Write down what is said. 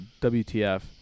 WTF